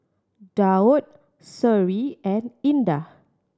Daud Seri and Indah